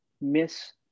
miss